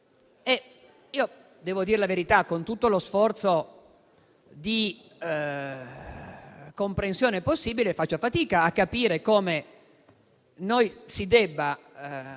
Devo dire la verità, con tutto lo sforzo di comprensione possibile, faccio fatica a capire perché si debba